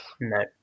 no